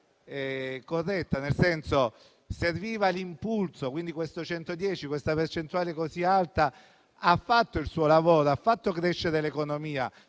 corretta; serviva l'impulso e il 110, questa percentuale così alta, ha fatto il suo lavoro: ha fatto crescere l'economia,